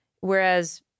whereas